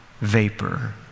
vapor